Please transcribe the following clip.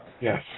Yes